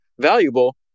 valuable